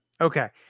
Okay